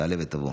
תעלה ותבוא.